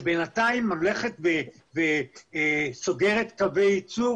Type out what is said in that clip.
שבינתיים הולכת וסוגרת קווי ייצור,